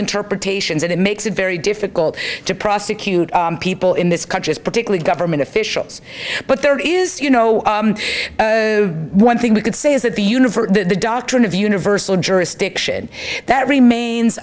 interpretations and it makes it very difficult to prosecute people in this country particularly government officials but there is you know one thing we could say is that the universe the doctrine of universal jurisdiction that remains